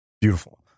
Beautiful